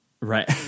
Right